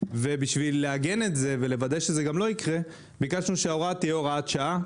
בשביל לעגן את זה וכדי לוודא שזה לא יקרה ביקשנו שזו תהיה הוראת שעה,